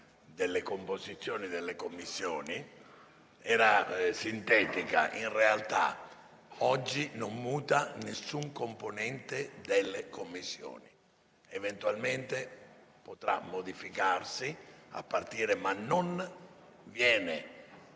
sulla composizione delle Commissioni era sintetica. In realtà oggi non muta alcun componente delle Commissioni; eventualmente potrà modificarsi, ma non in